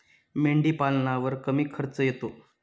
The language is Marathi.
मेंढीपालनावर कमी खर्च येतो